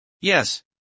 Yes